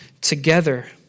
together